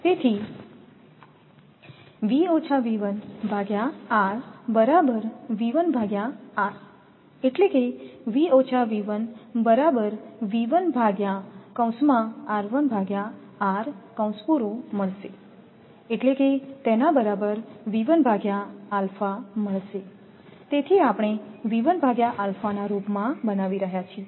તેથી તેથી આપણે ના રૂપમાં બનાવી રહ્યા છીએ